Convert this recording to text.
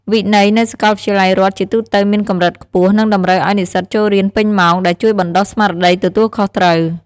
វិន័យនៅសាកលវិទ្យាល័យរដ្ឋជាទូទៅមានកម្រិតខ្ពស់ និងតម្រូវឲ្យនិស្សិតចូលរៀនពេញម៉ោង ដែលជួយបណ្ដុះស្មារតីទទួលខុសត្រូវ។